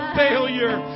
failure